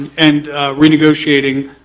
and renegotiating,